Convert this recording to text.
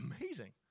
amazing